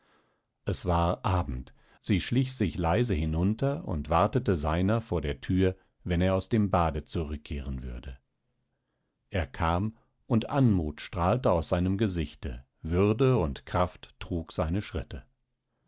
es war abend sie schlich sich leise hinunter und wartete seiner vor der thür wenn er aus dem bade zurückkehren würde er kam und anmut strahlte aus seinem gesichte würde und kraft trug seine schritte